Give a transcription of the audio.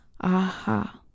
aha